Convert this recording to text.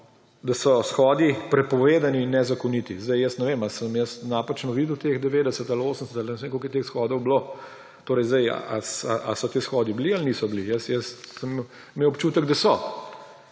da so shodi prepovedani in nezakoniti. Zdaj, jaz ne vem, ali sem jaz napačno videl teh 90 ali 80 ali jaz ne vem, koliko je teh shodov bilo. Ali so ti shodi bili ali niso bili? Jaz sem imel občutek, da so.